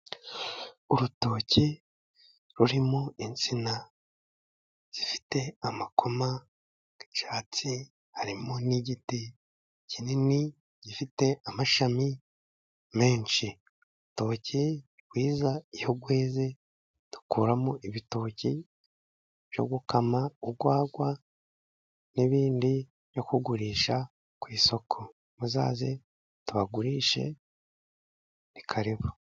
Urutoki rurimo insina zifite amakoma y'icyatsi, harimo n'igiti kinini gifite amashami menshi, urutoki ni rwiza iyo rweze dukuramo ibitoki byo gukama ugwagwa n'ibindi byo kugurisha ku isoko muzaze tubagurishe ni karibu.